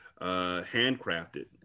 handcrafted